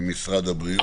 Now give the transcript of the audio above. ממשרד הבריאות.